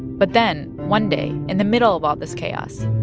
but then, one day, in the middle of all this chaos,